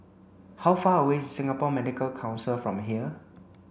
how far away is Singapore Medical Council from here